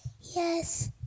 yes